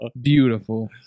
Beautiful